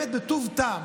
באמת בטוב טעם,